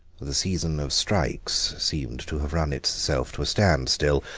the season of strikes seemed to have run itself to a standstill.